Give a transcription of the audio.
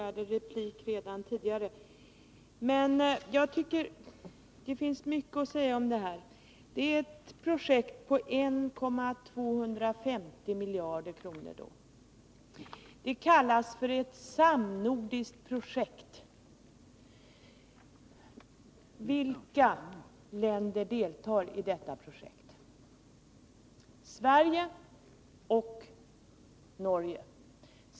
Herr talman! Det finns mycket att säga om detta projekt på 1,250 miljarder. Det kallas för ett samnordiskt projekt. Vilka länder deltar i det? Sverige och Norge.